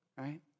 right